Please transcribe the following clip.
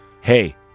Hey